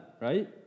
right